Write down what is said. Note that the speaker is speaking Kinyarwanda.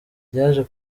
ryaje